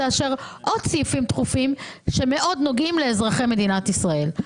תאשר עוד סעיפים דחופים שנוגעים מאוד לאזרחי מדינת ישראל,